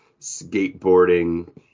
skateboarding